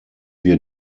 wir